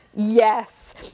Yes